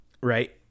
right